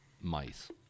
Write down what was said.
mice